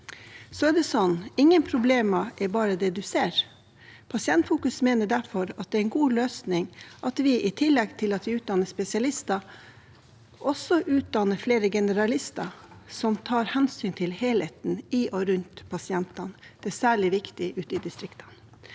Så er det slik at ingen problemer er bare det man ser. Pasientfokus mener derfor det er en god løsning at vi i tillegg til å utdanne spesialister også utdanner flere generalister, som tar hensyn til helheten i og rundt pasientene. Det er særlig viktig ute i distriktene.